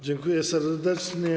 Dziękuję serdecznie.